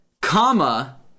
comma